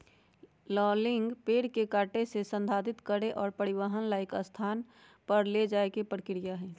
logging पेड़ के काटे से, संसाधित करे और परिवहन ला एक स्थान पर ले जाये के प्रक्रिया हई